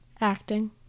Acting